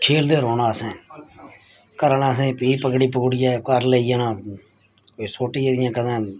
खेलदे रौह्ना असें घर आह्ले असें फ्ही पकड़ी पकड़ियै घर लेई जाना सोटी दियां कदें